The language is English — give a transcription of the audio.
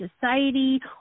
society